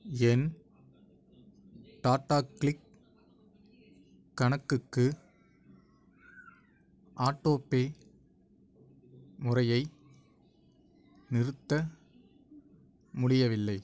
என் Tata Cliq கணக்குக்கு autopay முறையை நிறுத்த முடியவில்லை